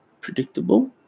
predictable